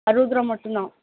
அறுபது ரூவா மட்டும்தான்